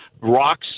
rocks